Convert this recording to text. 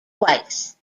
twice